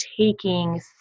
taking